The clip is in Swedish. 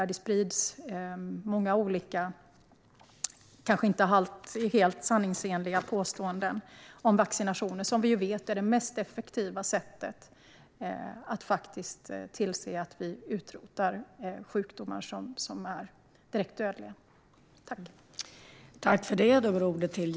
Det sprids många olika, kanske inte alltid helt sanningsenliga, påståenden om vaccinationer, som ju är det mest effektiva sättet att tillse att sjukdomar som är direkt dödliga utrotas.